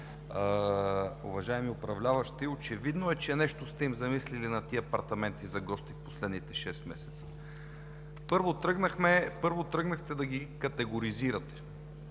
уважаеми управляващи! Очевидно е, че нещо сте им замислили на тези апартаменти за гости в последните шест месеца. Първо тръгнахте да ги категоризирате,